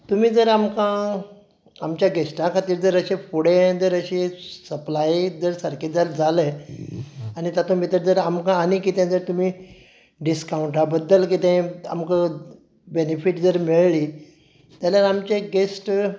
तुमी जर आमकां आमच्या गॅस्टां खातीर जर अशें फुडें जर अशीच सप्लाय जर सारकें जर जालें आनी तातूंत भितर जर आमकां आनी कितें जर तुमी डिसकावंटा बद्दल कितें आमकां बॅनिफीट जर मेळ्ळी जाल्यार आमचे गॅस्ट